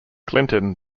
clinton